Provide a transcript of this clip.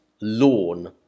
lawn